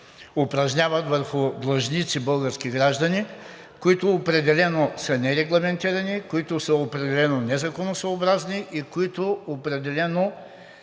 упражняват върху длъжници – български граждани, които определено са нерегламентирани, които са определено незаконосъобразни и които определено